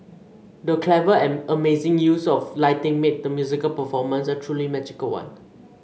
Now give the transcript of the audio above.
the clever and amazing use of lighting made the musical performance a truly magical one